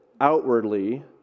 outwardly